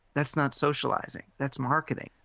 that's not socialising, that's marketing.